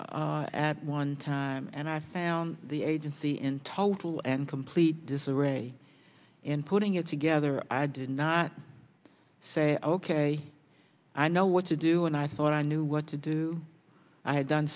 at one time and i found the agency in total and complete disarray in putting it together i did not say ok i know what to do and i thought i knew what to do i had done